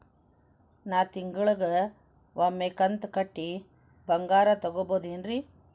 ನಾ ತಿಂಗಳಿಗ ಒಮ್ಮೆ ಕಂತ ಕಟ್ಟಿ ಬಂಗಾರ ತಗೋಬಹುದೇನ್ರಿ?